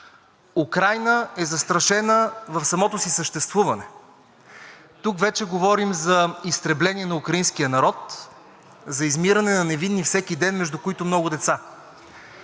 Украйна е застрашена в самото си съществуване. Тук вече говорим за изтребление на украинския народ, за измиране на невинни всеки ден, между които много деца.